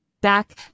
back